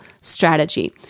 strategy